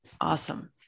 Awesome